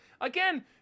Again